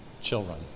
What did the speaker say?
children